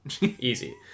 easy